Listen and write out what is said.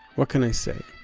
what can i say?